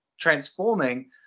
transforming